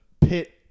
pit